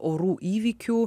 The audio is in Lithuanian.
orų įvykių